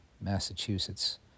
Massachusetts